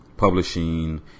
publishing